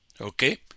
Okay